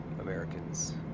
Americans